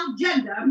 gender